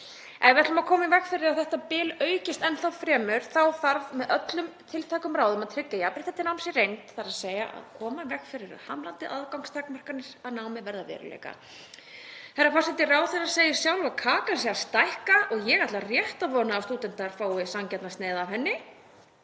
Ef við ætlum að koma í veg fyrir að þetta bil aukist enn frekar þá þarf með öllum tiltækum ráðum að tryggja jafnrétti til náms í reynd, þ.e. koma í veg fyrir of hamlandi aðgangstakmarkanir til að námið verði að veruleika. Herra forseti. Ráðherra segir sjálf að kakan er að stækka og ég ætla rétt að vona að stúdentar fái sanngjarna sneið af henni,